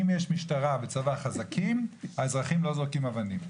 אם יש משטרה וצבא חזקים, האזרחים לא זורקים אבנים.